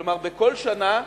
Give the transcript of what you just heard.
כלומר, בכל שנה,